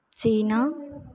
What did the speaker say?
China